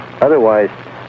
Otherwise